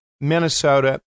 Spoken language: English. Minnesota